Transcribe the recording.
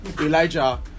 Elijah